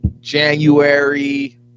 January